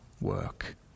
work